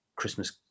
Christmas